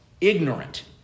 ignorant